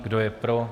Kdo je pro?